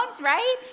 right